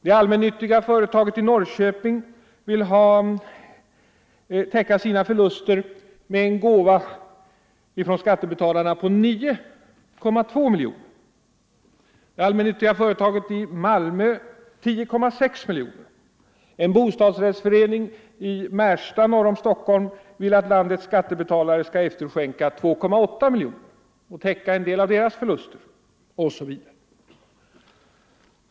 Det allmännyttiga företaget i Norrköping vill täcka sina förluster med en gåva från skattebetalarna på 9,2 miljoner, det allmännyttiga företaget i Malmö på 10,6 miljoner, en bostadsrättsförening i Märsta norr om Stockholm vill att skattebetalarna skall efterskänka 2,8 miljoner för att täcka en del av dess förluster, osv.